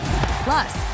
Plus